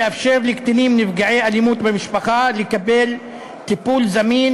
לאפשר לקטינים נפגעי אלימות במשפחה לקבל טיפול זמין,